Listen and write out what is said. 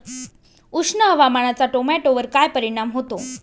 उष्ण हवामानाचा टोमॅटोवर काय परिणाम होतो?